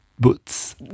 Boots